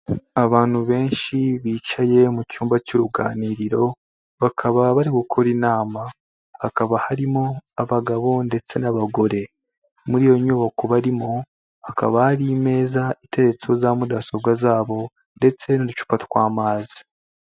Abantu benshi bicaye mu cyumba cy'uruganiriro, bakaba bari gukora inama, hakaba harimo abagabo ndetse n'abagore. Muri iyo nyubako barimo, hakaba hari imeza iteretseho za mudasobwa zabo ndetse n'uducupa tw'amazi.